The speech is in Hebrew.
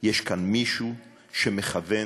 יש כאן מישהו שמכוון,